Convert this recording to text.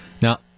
Now